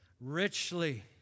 richly